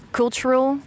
cultural